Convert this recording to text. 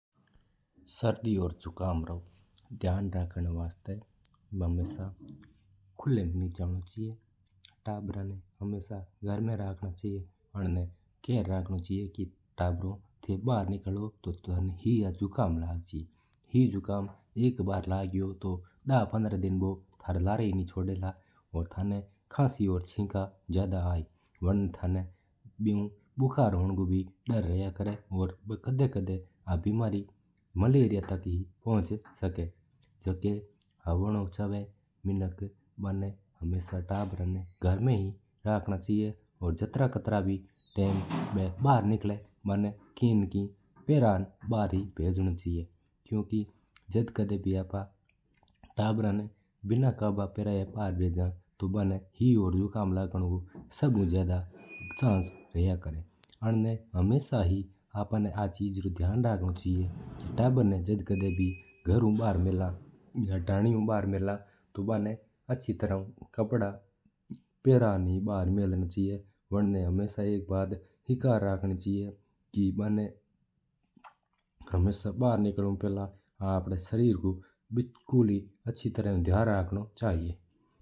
सर्दी और झुकाम रा ध्यान राखणो चाहवो। बारां उगाडो नी जावणो चावो तांबरा रा ध्यान राखणो चाहिजा। वणा केवणो चाहिजा कि तांब्रो था बार निकाल तो थां नै झुकाम लग जै। एक अग्र लगो तो दस-पंद्रह दिन थाणो लारी ही कोणी छोड़ला। झुकाम और चिक्का आणो शुरू होयगी तो और बुकार रा भी डर रिया करे है। आ बीमारी मलेरिया तक भी पोचया करे है मिणक नै हमेशा तांबरा नै घरर में ही राखणो चाहवो है और ध्यान राखणो चाहवो। अग्र बार निकला तो की ना की फेणर बार निकालणो चाहवो।